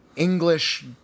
English